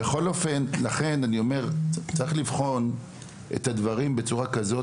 לכן אני אומר שצריך להסתכל גם בצורה כזאת